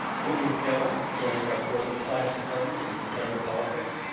whitney taylor joins our political science department in comparative politics.